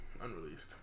unreleased